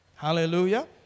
Hallelujah